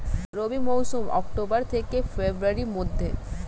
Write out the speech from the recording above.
রবি মৌসুম অক্টোবর থেকে ফেব্রুয়ারির মধ্যে